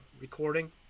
recording